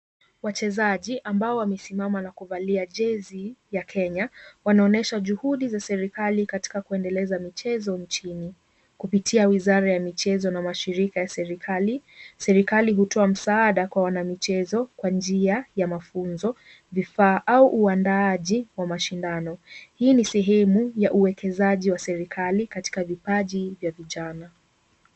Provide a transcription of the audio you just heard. Wachezaji, ambao wamesimama na kuvalia jezi ya Kenya, wanaonyesha juhudi za serikali katika kuendeleza michezo nchini kupitia wizara ya michezo na mashirika ya serikali, serikali hutoa msaada kwa wanamichezo kwa njia ya mafunzo, vifaa au uandaaji wa mashindano. Hii ni sehemu ya uwekezaji wa serikali katika vipaji vya vijana.